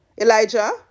Elijah